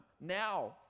Now